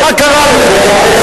מה קרה לך,